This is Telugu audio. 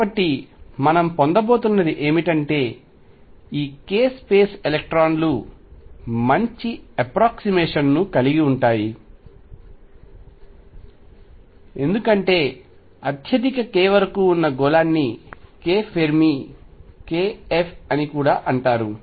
కాబట్టి మనం పొందబోతున్నది ఏమిటంటే ఈ k స్పేస్ ఎలక్ట్రాన్లు మంచి అప్రాక్సీమేషన్ ను కలిగి ఉంటాయి ఎందుకంటే అత్యధిక k వరకు ఉన్న గోళాన్ని k ఫెర్మి అని కూడా అంటారు